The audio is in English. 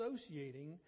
associating